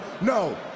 no